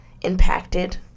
impacted